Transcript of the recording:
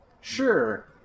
Sure